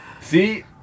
See